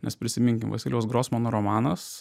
nes prisiminkim vasilijaus grosmano romanas